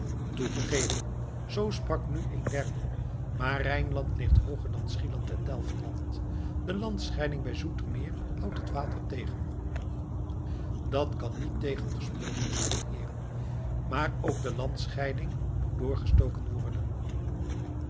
toegegeven zoo sprak nu een derde maar rijnland ligt hooger dan schieland en delfland de landscheiding bij zoetermeer houdt het water tegen dat kan niet tegengesproken worden heeren maar ook de landscheiding moet doorgestoken worden